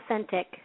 authentic